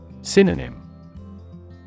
Synonym